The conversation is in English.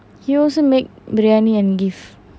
he also make biryani and give